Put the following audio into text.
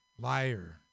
liar